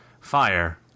Fire